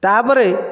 ତା'ପରେ